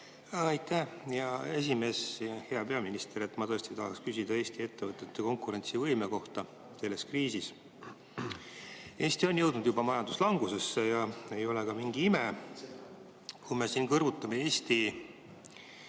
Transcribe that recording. Aitäh, hea esimees! Hea peaminister! Ma tahan küsida Eesti ettevõtete konkurentsivõime kohta selles kriisis. Eesti on jõudnud juba majanduslangusesse ja ei ole ka mingi ime. Kui me kõrvutame Eesti